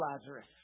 Lazarus